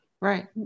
right